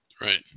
right